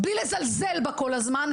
בלי לזלזל בה כל הזמן.